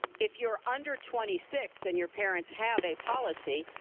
if you are under twenty six and your parents have a policy,